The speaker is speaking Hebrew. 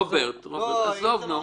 רוברט, עזוב, נו.